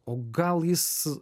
o gal jis